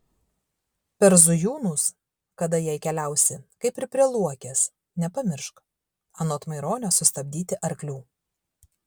per zujūnus kada jei keliausi kaip ir prie luokės nepamiršk anot maironio sustabdyti arklių